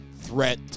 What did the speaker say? threat